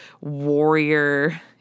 warrior